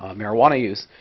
ah marijuana use,